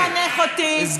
אתה לא תחנך אותי.